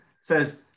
says